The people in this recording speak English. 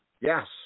yes